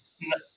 No